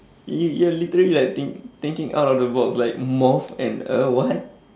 you you're literally like think~ thinking out of the box like moth and a what